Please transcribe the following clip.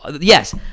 yes